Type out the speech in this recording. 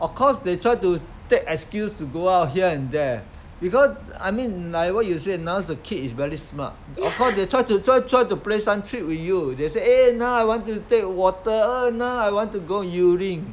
of course they try to take excuse to go out here and there because I mean like what you say now the kids is very smart of course they try to try try to play some trick with you they say eh now I want to take water oh no I want to go urine